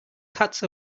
cats